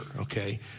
okay